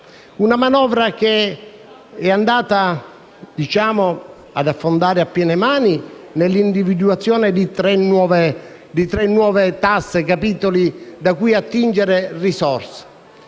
Una manovra che è andata ad affondare a piene mani nell'individuazione di tre nuove tasse e capitoli da cui attingere risorse.